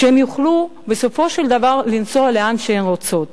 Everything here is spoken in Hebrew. שהן יוכלו בסופו של דבר לנסוע לאן שהן רוצות.